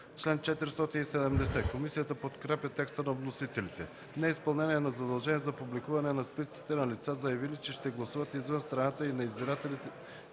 чл. 470. Комисията подкрепя текста на вносителите. „Неизпълнение на задължение за публикуване на списъците на лицата, заявили, че ще гласуват извън страната и на избирателните